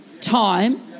time